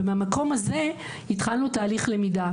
ומהמקום הזה התחלנו תהליך למידה,